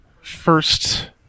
First